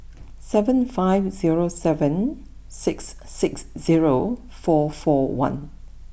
seven five zero seven six six zero four four one